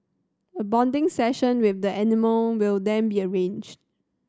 a bonding session with the animal will then be arranged